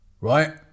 right